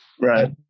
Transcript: right